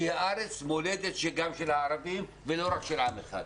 שהארץ היא ארץ המולדת גם של הערבים ולא רק של עם אחד.